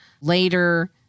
later